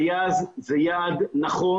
זה יעד נכון.